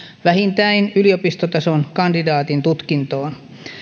vähintään yliopistotason kandidaatin tutkintoon